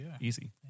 easy